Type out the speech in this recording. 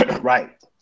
right